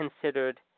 considered